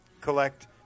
collect